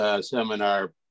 seminar